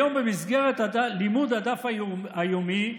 היום, במסגרת לימוד הדף היומי,